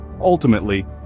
ultimately